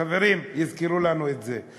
חברים, יזכרו לנו את זה.